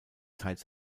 teils